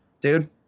dude